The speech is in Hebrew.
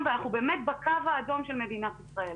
ואנחנו באמת בקו האדום של מדינת ישראל.